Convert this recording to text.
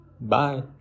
bye